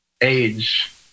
age